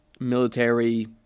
military